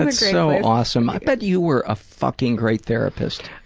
and so awesome. i bet you were a fucking great therapist.